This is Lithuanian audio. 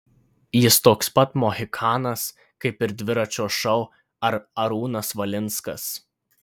jis toks pat mohikanas kaip ir dviračio šou ar arūnas valinskas